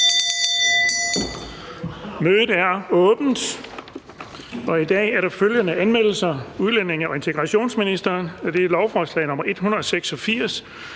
Mødet er åbnet. I dag er der følgende anmeldelser: Udlændinge- og integrationsministeren (Mattias Tesfaye): Lovforslag nr. L 186